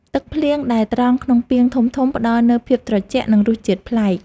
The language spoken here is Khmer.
ទឹកភ្លៀងដែលត្រងក្នុងពាងធំៗ ផ្ដល់នូវភាពត្រជាក់ និងរសជាតិប្លែក។